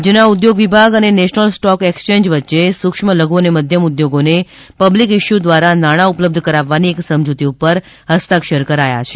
રાજ્યના ઉદ્યોગ વિભાગ અને નેશનલ સ્ટોક એક્સચેંજ વચ્ચે સુક્ષ્મ લધુ અને મધ્યમ ઉદ્યોગોને પબ્લીક ઇસ્યુ દ્વારા નાણાં ઉપલબ્ધ કરાવવાની એક સમજુતી ઉપર ફસ્તાક્ષર કરાયા છે